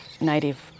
native